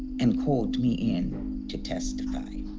and called me in to testify.